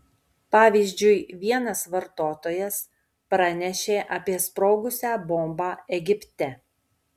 pavyzdžiui vienas vartotojas pranešė apie sprogusią bombą egipte